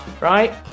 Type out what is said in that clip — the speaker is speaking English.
right